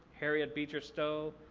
harriet beecher stowe,